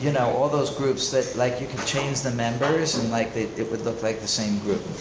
you know all those groups that like you could change the members and like they, it would look like the same group.